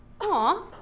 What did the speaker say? Aw